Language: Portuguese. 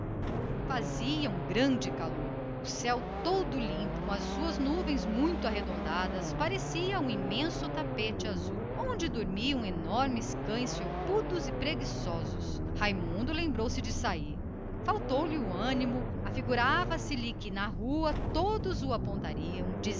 fazia um grande calor o céu todo limpo com as suas nuvens arredondadas parecia um vasto tapete azul onde dormiam enormes cães felpudos e preguiçosos raimundo lembrou-se de sair faltou-lhe o ânimo afigurava se lhe que na rua todos os apontariam